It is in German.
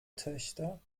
töchter